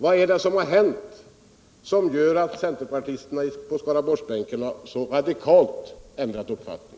Vad är det som har hänt eftersom centerpartisterna så radikalt ändrat uppfattning?